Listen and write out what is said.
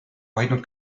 hoidnud